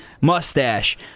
mustache